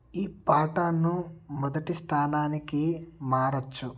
ఈ పాటాను మొదటి స్థానానికి మారొచ్చు